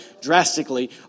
drastically